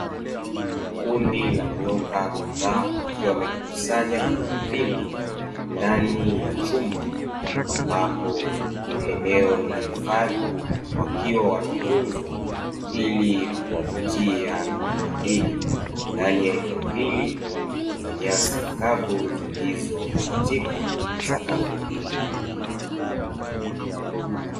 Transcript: Kundi la nyoka kadhaa wakiwa wamejikusanya na kujipindi ndani ya chumba ambapo ni eneo la hifadhi wakiwa wanatunzwa ili kuwavutia watalii. Ndani ya eneo hili kuna nyasi kavu zilizokatika sakafu hii.